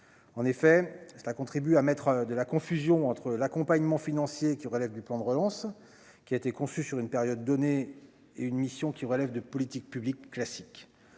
en effet cela contribue à mettre de la confusion entre l'accompagnement financier qui relève du plan de relance, qui a été conçu sur une période donnée, et une mission qui relève de politiques publiques classique